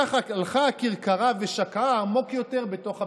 ככה הלכה הכרכרה ושקעה עמוק יותר בתוך הביצה.